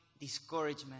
discouragement